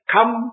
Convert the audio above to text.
Come